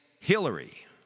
Hillary